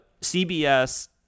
CBS